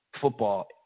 football